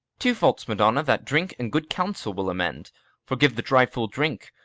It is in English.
two faults, madonna, that drink and good counsel will amend for, give the dry fool drink,